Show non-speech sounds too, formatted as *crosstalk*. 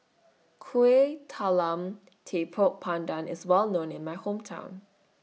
*noise* Kuih Talam Tepong Pandan IS Well known in My Hometown